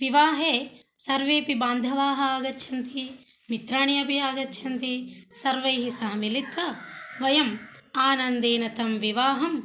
विवाहे सर्वेऽपि बान्धवाः आगच्छन्ति मित्राणि अपि आगच्छन्ति सर्वैः सह मिलित्वा वयम् आनन्देन तं विवाहं